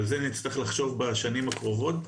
על זה נצטרך לחשוב בשנים הקרובות,